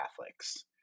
Catholics